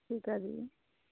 ਠੀਕ ਹੈ ਜੀ